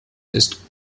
ist